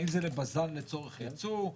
האם זה לצורך ייצוא,